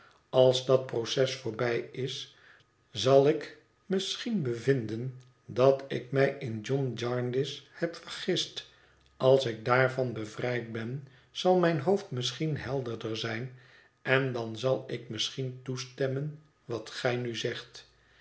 als dat proces voorbij is zal ik misschien bevinden dat ik mij in john jarndyce heb vergist als ik daarvan bevrijd ben zal mijn hoofd misschien helderder zijn en dan zal ik misschien toestemmen wat gij nu zegt